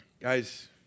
Guys